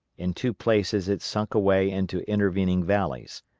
in two places it sunk away into intervening valleys.